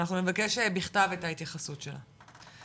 אנחנו נבקש בכתב את ההתייחסות שלה.